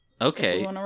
Okay